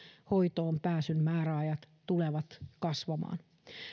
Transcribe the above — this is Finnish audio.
hoitoon pääsyn määräajat tulevat kasvamaan